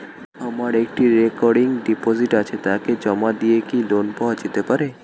আমার একটি recurring deposit আছে তাকে জমা দিয়ে কি লোন পাওয়া যেতে পারে?